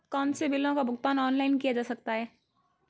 कौनसे बिलों का भुगतान ऑनलाइन किया जा सकता है?